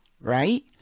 right